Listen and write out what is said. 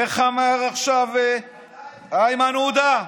איך אמר עכשיו איימן עודה?